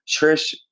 Trish